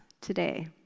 today